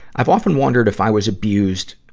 i've often wondered if i was abused.